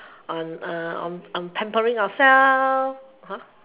on uh on on pampering our self